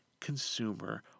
consumer